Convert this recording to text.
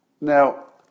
Now